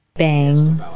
Bang